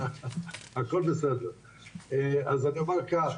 אז אני אומר כך,